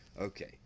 Okay